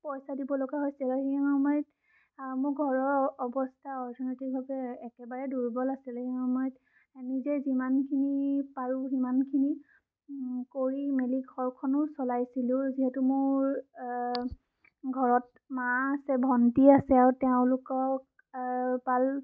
পইছা দিব লগা হৈছিল আৰু সেই সময়ত মোৰ ঘৰৰ অৱস্থা অৰ্থনৈতিকভাৱে একেবাৰে দূৰ্বল আছিল সেই সময়ত নিজে যিমানখিনি পাৰোঁ সিমানখিনি কৰি মেলি ঘৰখনো চলাইছিলোঁ যিহেতু মোৰ ঘৰত মা আছে ভন্টী আছে আৰু তেওঁলোকক পাল